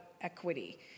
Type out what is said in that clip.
equity